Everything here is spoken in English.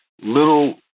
little